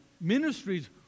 ministries